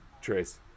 Trace